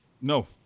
No